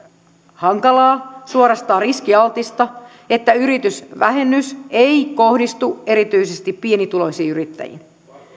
hankalaa suorastaan riskialtista että yritysvähennys ei kohdistu erityisesti pienituloisiin yrittäjiin